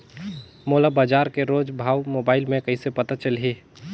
मोला बजार के रोज भाव मोबाइल मे कइसे पता चलही?